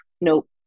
nope